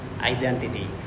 Identity